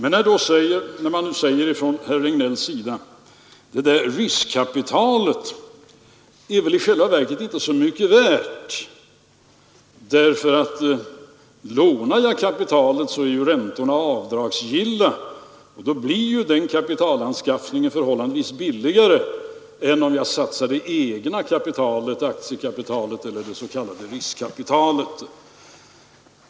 Nr 98 Herr Regnéll säger: Det där riskkapitalet är väl i själva verket inte så Torsdagen den mycket värt, för om jag lånar kapitalet är ju räntorna avdragsgilla och då 24 maj 1973 blir kapitalanskaffningen förhållandevis billigare än om jag satsar det egna DHdnHa DeRdloRd aktiekapitalet eller det s.k. riskkapitalet.